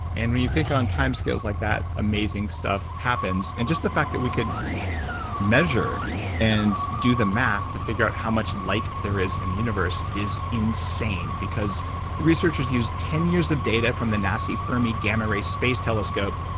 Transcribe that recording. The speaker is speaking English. and when you think on time scales like that, amazing stuff happens and just the fact that we could measure and do the math to figure out how much light there is in the universe is insane. because the researchers use ten years of data from the nasa fermi gamma-ray space telescope,